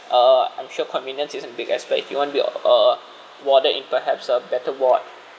uh I'm sure convenience isn't big aspect if you want to be a uh warded in perhaps a better ward